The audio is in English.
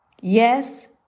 Yes